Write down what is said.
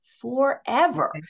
forever